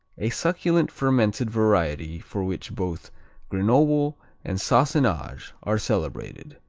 a succulent fermented variety for which both grenoble and sassenage are celebrated.